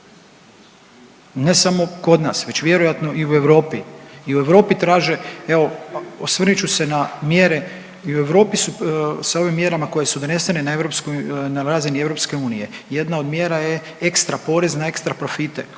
Ne samo kod nas već vjerojatno i u Europi. I u Europi traže, evo, osvrnut ću se na mjere, i u Europi su sa ovim mjerama koje su donesene na europskoj, na razini EU, jedna od mjera je ekstra porez na ekstra profite